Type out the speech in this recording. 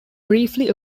briefly